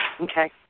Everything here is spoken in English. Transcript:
Okay